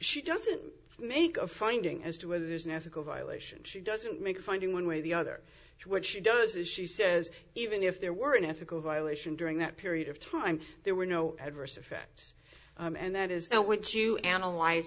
she doesn't make a finding as to whether there's an ethical violation she doesn't make a finding one way or the other she would she does as she says even if there were an ethical violation during that period of time there were no adverse effects and that is that what you analyze